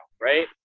right